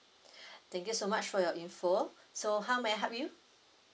thank you so much for your you follow so how may I help you